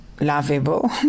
lovable